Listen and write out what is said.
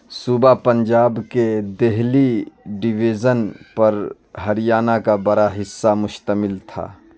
صوبہ پنجاب کے دہلی ڈویژن پر ہریانہ کا بڑا حصہ مشتمل تھا